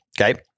okay